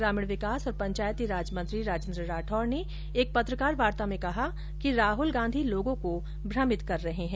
ग्रामीण विकास और पंचायती राज मंत्री राजेन्द्र राठौड़ ने एक पत्रकार वार्ता में कहा कि राहल गांधी लोगों को भ्रमित कर रहे हैं